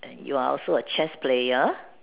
and you're also a chess player